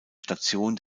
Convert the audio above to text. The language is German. station